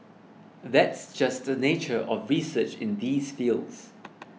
that's just the nature of research in these fields